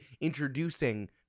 introducing